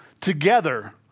together